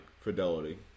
fidelity